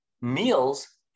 meals